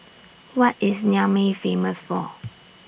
What IS Niamey Famous For